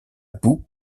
boue